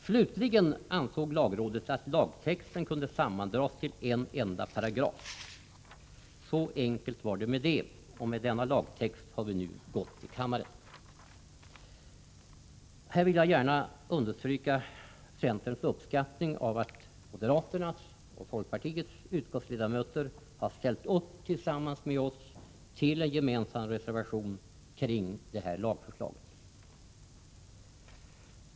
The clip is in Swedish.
Slutligen anser lagrådet att lagtexten kan sammandras till en enda paragraf. Så enkelt var det med det. Med denna lagtext har vi nu gått till kammaren. Jag vill här gärna understryka centerns uppskattning av att moderaternas och folkpartiets utskottsledamöter har ställt upp tillsammans med oss för en gemensam reservation kring detta lagförslag.